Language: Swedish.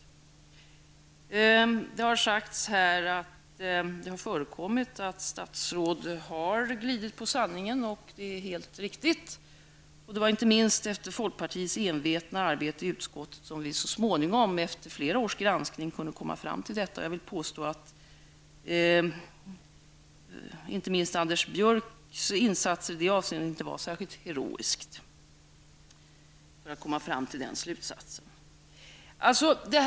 Det har sagts här att det har förekommit att statsråd har glidit på sanningen, och det är helt riktigt. Det var inte minst efter folkpartiets envetna arbete i utskottet som vi så småningom efter flera års granskning kunde komma fram till detta. Jag vill påstå att Anders Björcks insatser för att komma fram till den slutsatsen inte var särskilt heroiska.